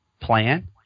plan